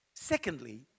Secondly